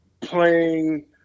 playing